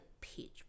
pitch